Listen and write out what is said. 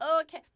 okay